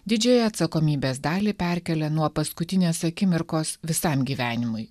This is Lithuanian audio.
didžiąją atsakomybės dalį perkelia nuo paskutinės akimirkos visam gyvenimui